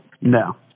No